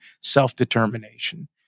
self-determination